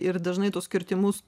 ir dažnai tuos kirtimus